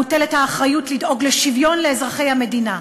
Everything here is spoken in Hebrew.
מוטלת האחריות לדאוג לשוויון לאזרחי המדינה,